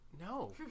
no